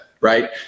right